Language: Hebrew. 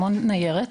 המון ניירת.